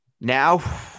now